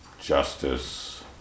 justice